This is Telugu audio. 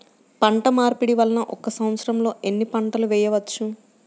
పంటమార్పిడి వలన ఒక్క సంవత్సరంలో ఎన్ని పంటలు వేయవచ్చు?